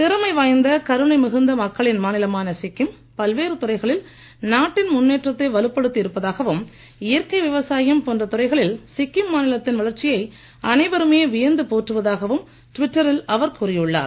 திறமை வாய்ந்த கருணை மிகுந்த மக்களின் மாநிலமான சிக்கிம் பல்வேறு துறைகளில் நாட்டின் முன்னேற்றத்தை வலுப்படுத்தி இருப்பதாகவும் இயற்கை விவசாயம் போன்ற துறைகளில் சிக்கிம் மாநிலத்தின் வளர்ச்சியை அனைவருமே வியந்து போற்றுவதாகவும் டிவிட்டரில் அவர் கூறியுள்ளார்